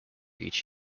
each